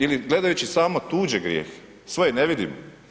Ili gledajući samo tuđe grijehe, svoje ne vidimo?